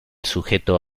sujeto